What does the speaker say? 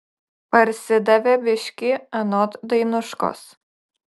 parsidavė biškį anot dainuškos